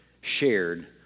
shared